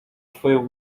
twoją